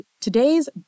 today's